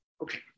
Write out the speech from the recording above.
Okay